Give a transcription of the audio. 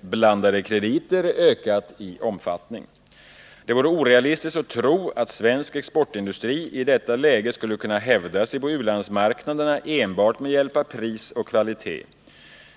blandade krediter ökat i omfattning. Det vore orealistiskt att tro att svensk exportindustri i detta läge skulle kunna hävda sig på u-landsmarknaderna enbart med hjälp av pris och kvalitet.